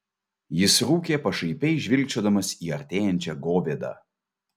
jis rūkė pašaipiai žvilgčiodamas į artėjančią govėdą